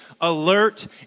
alert